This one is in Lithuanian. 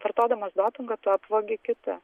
vartodamas dopingą tu apvagi kitą